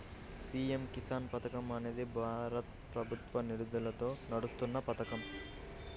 PM Kisan పథకం అనేది భారత ప్రభుత్వ నిధులతో నడుస్తున్న పథకం